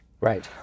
Right